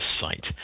site